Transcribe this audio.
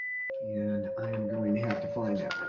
and i am going to have to find yeah